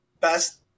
Best